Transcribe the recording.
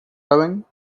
rowing